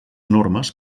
normes